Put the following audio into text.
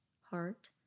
heart